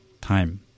time